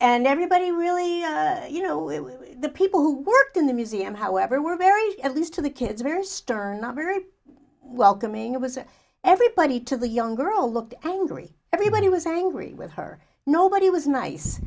and everybody really you know the people who worked in the museum however were very ill used to the kids very stern not very welcoming it was everybody to the young girl looked angry everybody was angry with her nobody was nice